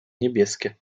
niebieskie